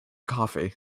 coffee